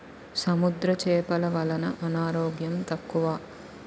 సముద్ర చేపలు వలన అనారోగ్యం తక్కువ